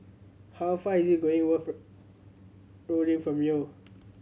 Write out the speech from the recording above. how far is going Worth Rolling from here